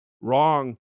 wrong –